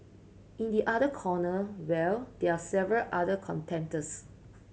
in the other corner well there are several other contenders